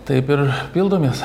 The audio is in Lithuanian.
taip ir pildomės